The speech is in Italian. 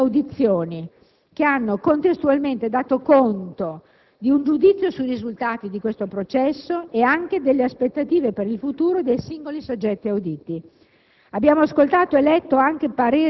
Particolare interesse hanno rivestito le audizioni che hanno contestualmente dato conto di un giudizio sui risultati di questo processo e anche delle aspettative per il futuro dei singoli soggetti auditi.